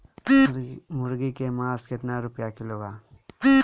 मुर्गी के मांस केतना रुपया किलो बा?